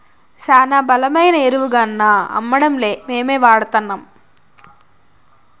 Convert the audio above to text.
శానా బలమైన ఎరువుగాన్నా అమ్మడంలే మేమే వాడతాన్నం